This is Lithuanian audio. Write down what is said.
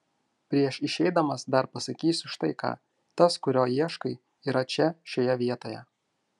prieš išeidamas dar pasakysiu štai ką tas kurio ieškai yra čia šioje vietoje